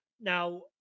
Now